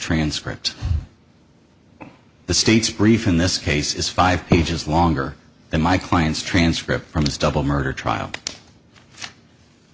transcript the state's brief in this case is five pages longer than my client's transcript from his double murder trial